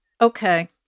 Okay